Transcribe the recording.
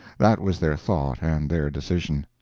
that was their thought and their decision.